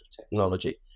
technology